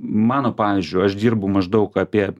mano pavyzdžiu aš dirbu maždaug apie